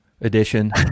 edition